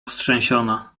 roztrzęsiona